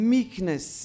Meekness